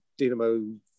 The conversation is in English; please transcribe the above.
Dinamo